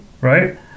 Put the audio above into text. right